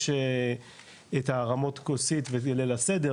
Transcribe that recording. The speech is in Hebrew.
יש את ההרמות כוסית וליל הסדר,